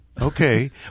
Okay